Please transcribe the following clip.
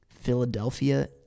Philadelphia